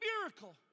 miracle